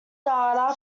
data